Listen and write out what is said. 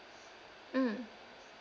mm